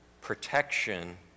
Protection